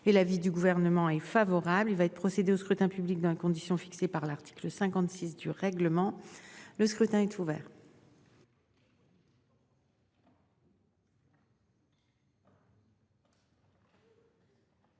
l'avis du gouvernement est favorable, il va être procédé au scrutin public dans les conditions fixées par l'article 56 du règlement. Le scrutin est ouvert.